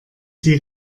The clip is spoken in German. sie